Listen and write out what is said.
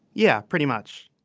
yeah pretty much.